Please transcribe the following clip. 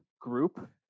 group